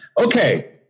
Okay